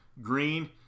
green